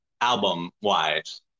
album-wise